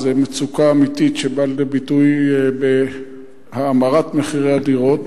זו מצוקה אמיתית שבאה לידי ביטוי בהאמרת מחירי הדירות.